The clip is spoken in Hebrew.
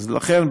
לכן,